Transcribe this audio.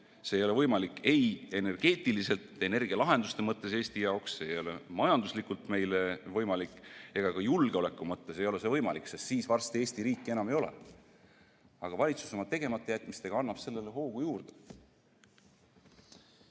See ei ole võimalik ei energeetiliselt energialahenduste mõttes Eesti jaoks, see ei ole majanduslikult meile võimalik ega ka julgeoleku mõttes ei ole see võimalik, sest siis varsti Eesti riiki enam ei ole. Aga valitsus oma tegematajätmistega annab sellele hoogu juurde. Ma